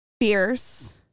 fierce